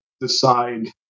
decide